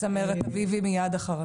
צמרת אביבי מיד אחריו.